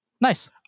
Nice